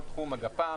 של כל תחום הגפ"מ,